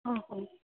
ହଁ ହେଉ